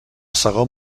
segon